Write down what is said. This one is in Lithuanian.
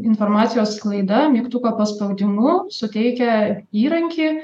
informacijos sklaida mygtuko paspaudimu suteikia įrankį